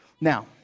Now